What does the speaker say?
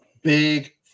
big